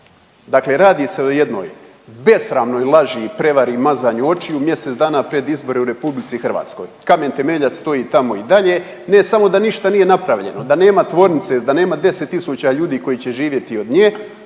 Dakle radi se o jednoj besramnoj laži i prevari i mazanju očiju mjesec dana pred izbore u RH. Kamen temeljac to je tamo i dalje, ne samo da ništa nije napravljeno, da nema tvornice, da nema 10 tisuća ljudi koji će živjeti od nje,